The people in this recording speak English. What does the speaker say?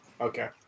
Okay